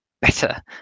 better